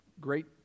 great